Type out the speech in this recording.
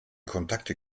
kontakte